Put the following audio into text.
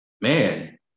man